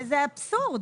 זה אבסורד.